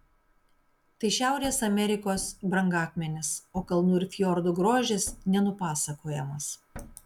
tai šiaurės amerikos brangakmenis o kalnų ir fjordų grožis nenupasakojamas